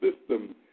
system